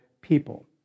people